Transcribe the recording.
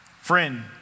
Friend